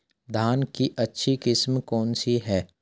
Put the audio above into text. धान की अच्छी किस्म कौन सी है?